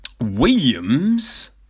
Williams